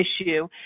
issue